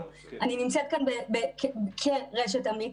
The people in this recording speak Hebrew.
אני נמצאת כאן כרשת אמית,